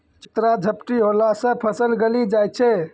चित्रा झपटी होला से फसल गली जाय छै?